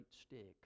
stick